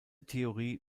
theorie